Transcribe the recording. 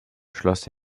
schloss